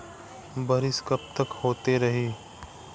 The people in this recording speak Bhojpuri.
बरिस कबतक होते रही?